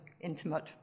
intimate